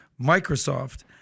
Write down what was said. Microsoft